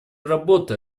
работы